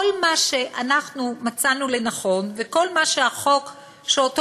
כל מה שאנחנו מצאנו לנכון וכל מה שהחוק שאותו